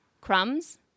crumbs